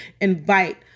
invite